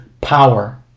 power